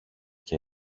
και